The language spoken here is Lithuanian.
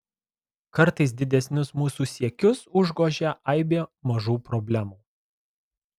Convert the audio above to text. kartais didesnius mūsų siekius užgožia aibė mažų problemų